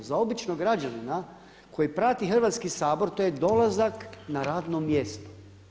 Za običnog građanina koji prati Hrvatski sabor to je dolazak na radno mjesto.